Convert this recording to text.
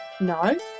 No